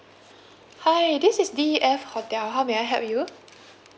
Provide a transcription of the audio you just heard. hi this is D F hotel how may I help you